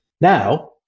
Now